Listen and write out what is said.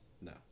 no